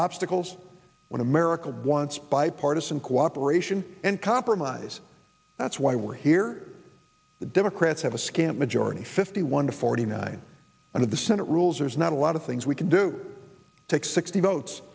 obstacles when america wants bipartisan cooperation and compromise that's why we're here the democrats have a scant majority fifty one to forty nine of the senate rules there is not a lot of things we can do take sixty votes